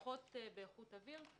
פחות באיכות האוויר.